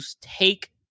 take